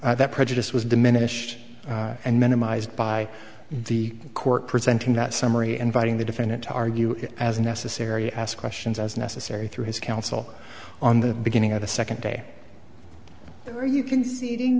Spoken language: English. that prejudice was diminished and minimized by the court presenting that summary inviting the defendant to argue as necessary ask questions as necessary through his counsel on the beginning of the second day are you c